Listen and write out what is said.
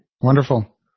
Wonderful